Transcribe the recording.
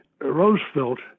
Roosevelt